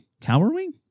cowering